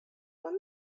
what